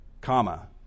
comma